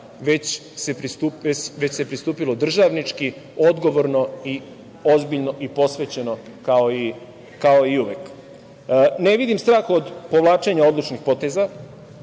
već se pristupilo državnički, odgovorno, ozbiljno i posvećeno, kao i uvek. Ne vidim strah od povlačenja odlučnih poteza,